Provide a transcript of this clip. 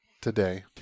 today